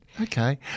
Okay